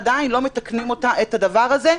עדיין לא מתקנים את הדבר הזה.